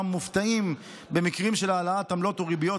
מופתעים במקרים של העלאת עמלות או ריביות,